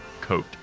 coat